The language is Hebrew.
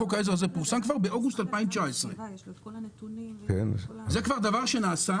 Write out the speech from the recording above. חוק העזר הזה פורסם כבר באוגוסט 2019. זה כבר דבר שנעשה.